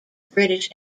british